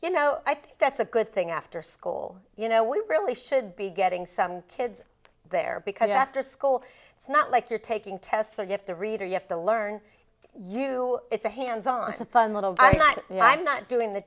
you know i think that's a good thing after school you know we really should be getting some kids there because after school it's not like you're taking tests or you have to read or you have to learn you it's a hands on some fun little i'm not i'm not doing the